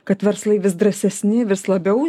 kad verslai vis drąsesni vis labiau